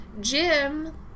Jim